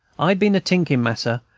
i been a-tinking, mas'r,